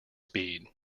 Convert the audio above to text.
speed